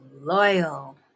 loyal